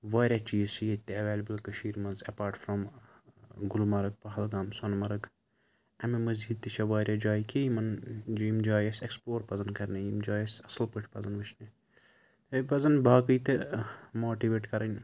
واریاہ چیٖز چھِ ییٚتہِ تہِ ایٚویلیبٕل کٔشیٖرِ منٛز apart from Gulmarg Pahalgam Sonamarg اَمہِ مٔزیٖد تہِ چھِ واریاہ جایہِ کیٚنٛہہ یِمن یِم جایہِ اسہِ ایٚکٕسپلور پَزیٚن کَرنہِ یِم جایہِ اسہِ اصٕل پٲٹھۍ پَزیٚن وُچھنہِ بیٚیہِ پَزیٚن باقٕے تہِ ماٹِویٹ کَرٕنۍ